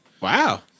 Wow